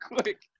quick